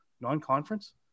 Non-conference